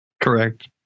Correct